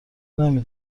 نمی